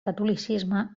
catolicisme